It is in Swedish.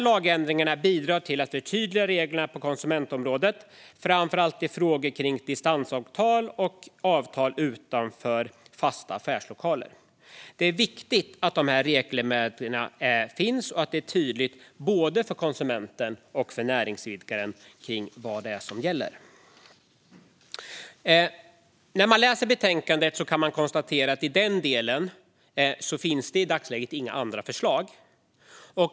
Lagändringarna bidrar till att förtydliga reglerna på konsumentområdet, framför allt i frågor kring distansavtal och avtal utanför fasta affärslokaler. Det är viktigt att dessa regler finns och att det är tydligt både för konsumenten och för näringsidkaren vad det är som gäller. När man läser betänkandet kan man konstatera att det i den delen i dagsläget inte finns några andra förslag.